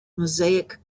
mosaic